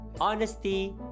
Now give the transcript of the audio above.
honesty